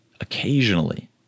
occasionally